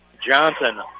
Johnson